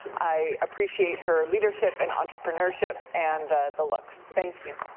i appreciate her leadership and entrepreneurship and the look. so thank you.